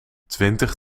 twintig